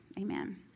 amen